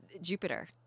Jupiter